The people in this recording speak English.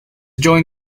joined